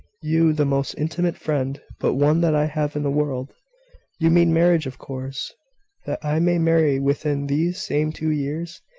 you, the most intimate friend but one that i have in the world you mean marriage of course that i may marry within these same two years?